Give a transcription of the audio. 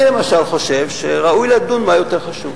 אני, למשל, חושב שראוי לדון מה יותר חשוב.